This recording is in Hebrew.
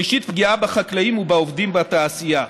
שלישית, פגיעה בחקלאים ובעובדים בתעשייה,